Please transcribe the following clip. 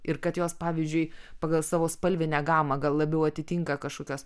ir kad jos pavyzdžiui pagal savo spalvinę gamą gal labiau atitinka kažkokias